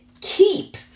keep